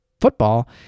football